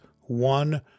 one